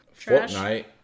Fortnite